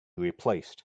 replaced